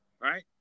right